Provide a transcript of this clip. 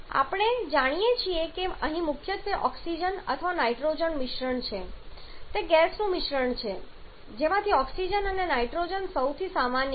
હવે આપણે જાણીએ છીએ કે અહીં મુખ્યત્વે ઓક્સિજન અથવા નાઇટ્રોજનનું મિશ્રણ છે તે ગેસનું મિશ્રણ છે જેમાંથી ઓક્સિજન અને નાઇટ્રોજન સૌથી સામાન્ય છે